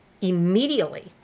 immediately